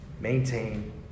Maintain